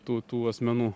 tų tų asmenų